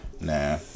nah